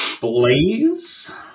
Blaze